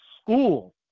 school